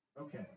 Okay